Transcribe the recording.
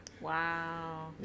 Wow